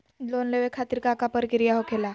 Loan लेवे खातिर का का प्रक्रिया होखेला?